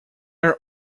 are